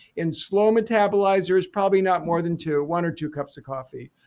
in slow metabalizers, probably not more than two, one or two cups of coffee,